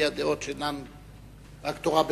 להביע דעות שאינן רק תורה שבכתב.